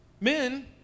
Men